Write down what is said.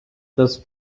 thus